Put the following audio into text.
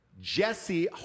jesse